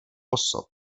osob